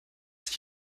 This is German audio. sich